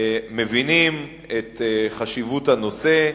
מבינים את חשיבות הנושא.